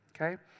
okay